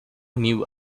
new